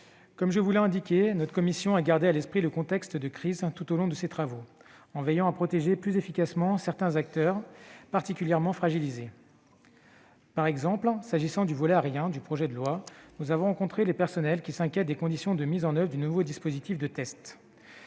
Comme je vous l'ai indiqué, notre commission a gardé à l'esprit le contexte de crise tout au long de ses travaux, en veillant à protéger plus efficacement certains acteurs particulièrement fragilisés. Ainsi, s'agissant du volet aérien du projet de loi, les personnels dont nous avons rencontré les représentants s'inquiètent des conditions de mise en oeuvre du nouveau dispositif de tests,